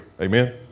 Amen